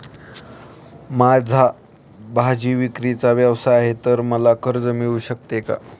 माझा भाजीविक्रीचा व्यवसाय आहे तर मला कर्ज मिळू शकेल का?